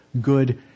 good